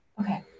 Okay